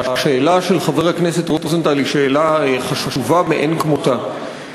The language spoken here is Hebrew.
השאלה של חבר הכנסת רוזנטל היא שאלה חשובה מאין כמותה.